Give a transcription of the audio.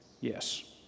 yes